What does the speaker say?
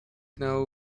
know